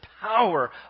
power